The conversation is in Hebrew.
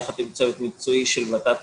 יחד עם צוות מקצועי של ות"ת-מל"ג,